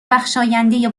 بخشاینده